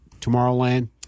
Tomorrowland